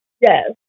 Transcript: Yes